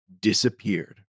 disappeared